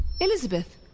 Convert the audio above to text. Elizabeth